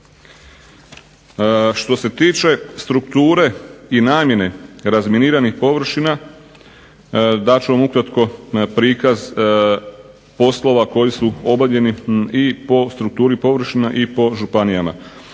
Što se tiče strukture i namjene razminiranih površina dat ću vam ukratko prikaz poslova koji su obavljeni i po strukturi površina i po županijama.